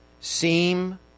seem